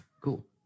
Cool